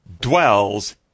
dwells